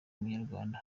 umunyarwanda